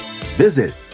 Visit